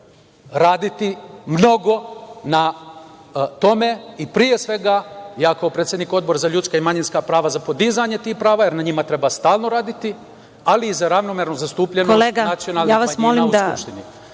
njoj, raditi mnogo na tome i, pre svega, ja kao predsednik Odbora za ljudska i manjinska prava, za podizanje tih prava, jer na njima treba stalno raditi, ali i za ravnomernu zastupljenost nacionalnih manjina u